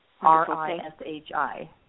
R-I-S-H-I